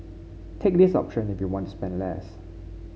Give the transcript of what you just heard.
take this option if you want to spend less